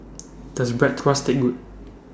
Does Bratwurst Taste Good